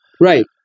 Right